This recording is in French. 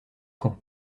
camp